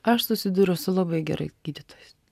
aš susidūriau su labai gerais gydytojais